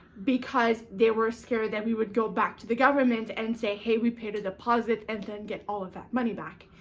because they were scared that we would go back to the government, and say hey, we paid a deposit and then get all of that money back.